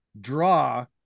draw